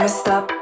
stop